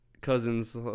cousins